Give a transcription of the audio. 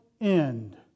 end